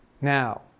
Now